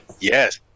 yes